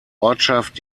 ortschaft